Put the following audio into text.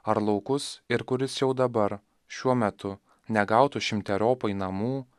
ar laukus ir kuris jau dabar šiuo metu negautų šimteriopai namų